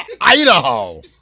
idaho